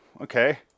Okay